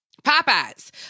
Popeye's